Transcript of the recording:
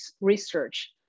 research